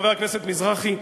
חבר הכנסת מזרחי,